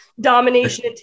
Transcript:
domination